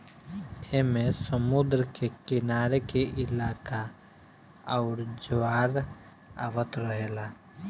ऐमे समुद्र के किनारे के इलाका आउर ज्वार आवत रहेला